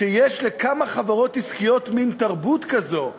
שיש לכמה חברות עסקיות מין תרבות כזאת של,